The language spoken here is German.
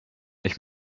ich